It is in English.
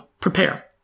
prepare